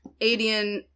Adian